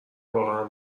واقعا